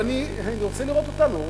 ואני רוצה לראות אותנו היום,